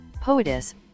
poetess